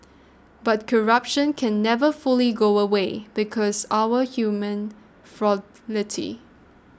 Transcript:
but corruption can never fully go away because our human